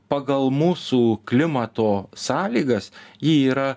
pagal mūsų klimato sąlygas ji yra